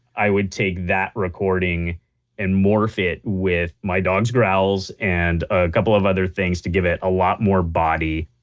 i would take that recording and morph it with my dogs growls and a couple of other things to give it a lot more body,